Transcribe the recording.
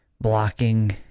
blocking